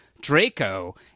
Draco